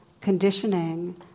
conditioning